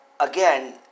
Again